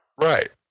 Right